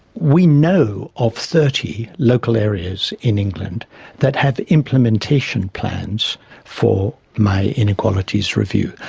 we know of thirty local areas in england that have implementation plans for my inequalities review.